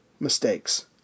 Mistakes